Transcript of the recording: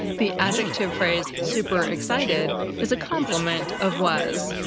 the adjective phrase super-excited is a complement of was.